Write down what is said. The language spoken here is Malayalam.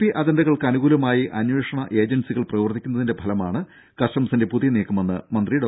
പി അജണ്ടകൾക്ക് അനുകൂലമായി അന്വേഷണ ഏജൻസികൾ പ്രവർത്തിക്കുന്നതിന്റെ ഫലമാണ് കസ്റ്റംസിന്റെ പുതിയ നീക്കമെന്ന് മന്ത്രി ഡോ